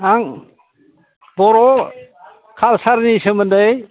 आं बर' कालसारनि सोमोन्दै